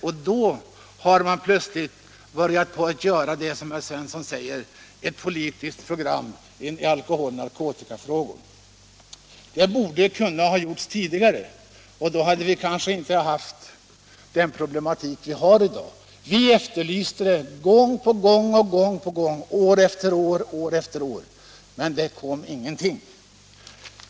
Först då har man börjat göra det som herr Svensson nu talar om, nämligen utarbetat ett politiskt program i alkoholoch narkotikafrågor. Detta borde ha kunnat göras tidigare — då hade vi kanske sluppit de svåra problemen i dag. Vi har gång på gång och år efter år efterlyst sådana åtgärder, men det kom ingenting.